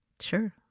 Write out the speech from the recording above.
Sure